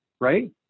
Right